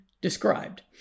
described